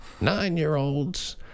nine-year-olds